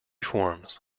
forms